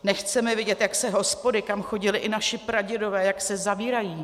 Nechceme vidět, jak se hospody, kam chodili i naši pradědové, zavírají.